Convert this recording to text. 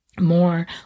more